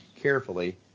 carefully